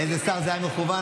לאיזה שר זה היה מכוון?